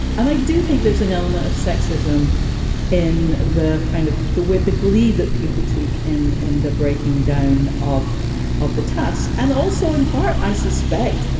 and i do think there's an element of sexism in the kind of the with the glee that people took in and the breaking down of of the tests and also in part, i suspect,